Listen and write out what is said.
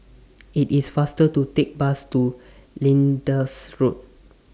IT IS faster to Take The Bus to Linda's Road